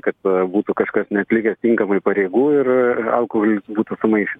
kad būtų kažkas neatlikęs tinkamai pareigų ir alkoholis būtų sumaišęs